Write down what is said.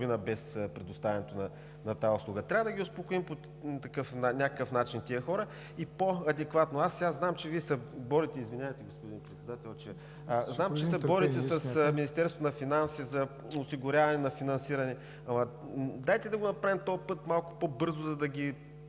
без предоставянето на тази услуга. Трябва да ги успокоим по някакъв начин тези хора. Аз знам, че сега Вие се борите с Министерството на финансите за осигуряване на финансиране, но нека да го направим този път малко по-бързо, за да я